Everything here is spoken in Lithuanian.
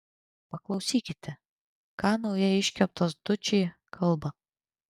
paklausykite ką naujai iškeptas dučė kalba